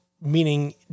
meaning